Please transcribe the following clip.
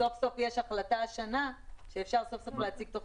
סוף סוף יש החלטה השנה שאפשר להציג תוכנית.